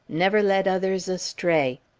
never led others astray.